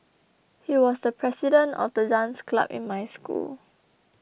he was the president of the dance club in my school